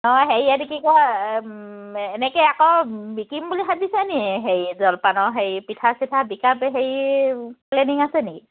অঁ হেৰি এইটো কি কয় এনেকৈ আকৌ বিকিম বুলি ভাবিছে নেকি হেৰি জলপানৰ হেৰি পিঠা চিঠা বিকা হেৰি প্লেনিং আছে নেকি